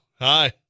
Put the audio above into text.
Hi